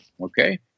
Okay